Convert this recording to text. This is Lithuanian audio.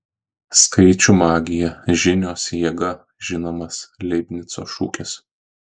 skaičių magija žinios jėga žinomas leibnico šūkis